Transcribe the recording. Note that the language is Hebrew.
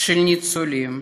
של הניצולים